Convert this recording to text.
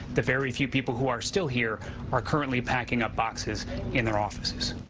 the very few people who are still here are currently packing up boxes in their offices.